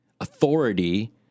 authority